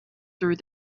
through